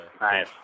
nice